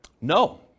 No